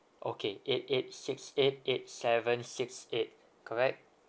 okay eight eight six eight eight seven six eight correct